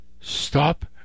stop